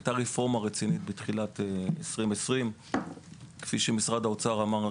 הייתה רפורמה רצינית בתחילת שנת 2020. כפי שנציג משרד האוצר אמר,